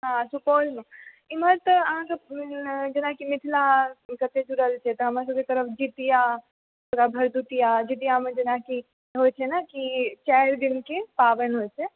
हँ सुपौलमे इम्हर तऽ अहाँकेँ जेनाकि मिथिलासँ कते जुड़ल छै तऽ हमरा सभकेँ जीतिआ भरदुतिआ जीतिआमे जेनाकि होइ छै ने कि चारि दिनकेँ पाबनि होइ छै